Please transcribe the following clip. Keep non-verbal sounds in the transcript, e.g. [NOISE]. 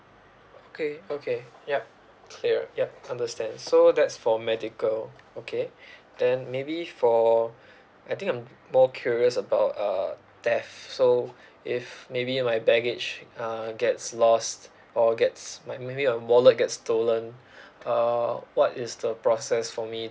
okay okay yup clear yup understand so that's for medical okay [BREATH] then maybe for [BREATH] I think I'm more curious about uh theft so if maybe my baggage uh gets lost or gets might maybe my wallet get stolen [BREATH] uh what is the process for me